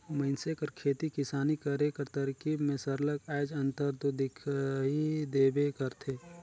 मइनसे कर खेती किसानी करे कर तरकीब में सरलग आएज अंतर दो दिखई देबे करथे